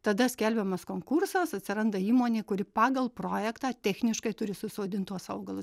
tada skelbiamas konkursas atsiranda įmonė kuri pagal projektą techniškai turi susodint tuos augalus